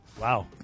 wow